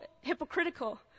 hypocritical